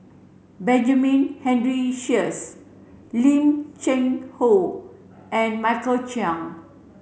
Benjamin Henry Sheares Lim Cheng Hoe and Michael Chiang